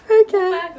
okay